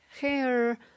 hair